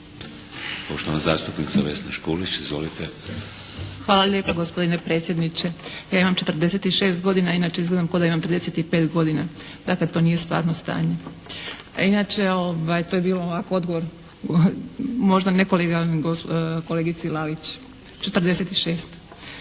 Hvala lijepa, gospodine predsjedniče. Ja imam 46 godina, inače izgledam kao da imam 35 godina. Dakle, to nije stvarno stanje. Inače, to je bio ovako odgovor možda nekolegijalan kolegici Lalić.